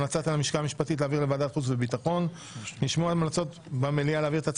המלצת הלשכה המשפטית היא להעביר לוועדת העבודה והרווחה.